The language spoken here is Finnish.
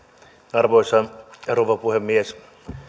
arvoisa rouva puhemies